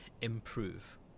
improve